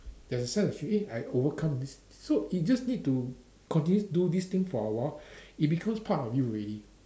there's a side of you eh I overcome this so you just need to continue do this thing for a while it becomes part of you already